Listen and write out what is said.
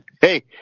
Hey